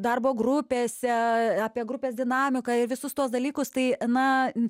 darbo grupėse apie grupės dinamiką ir visus tuos dalykus tai na